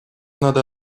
надо